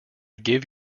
give